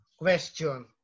question